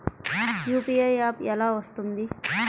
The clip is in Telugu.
యూ.పీ.ఐ యాప్ ఎలా వస్తుంది?